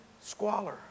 squalor